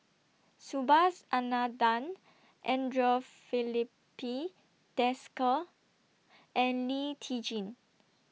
Subhas Anandan Andre Filipe Desker and Lee Tjin